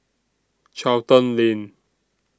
Charlton Lane